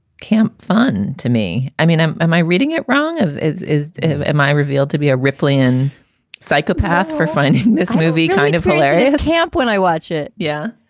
camp fun to me i mean, am am i reading it wrong? is is am i revealed to be a republican psychopath for fun? this movie kind of hilarious the camp when i watch it. yeah.